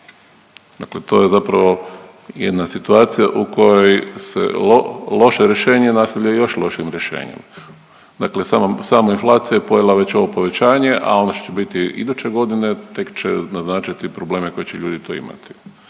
dakle to je zapravo jedna situacija u kojoj se loše rješenje nastavlja još lošijim rješenjem, dakle samo, samo inflacija je pojela već ovo povećanje, a ono što će biti iduće godine tek će naznačiti probleme koje će ljudi to imati.